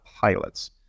pilots